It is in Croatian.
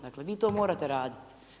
Dakle, vi to morate raditi.